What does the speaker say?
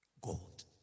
Gold